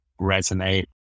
resonate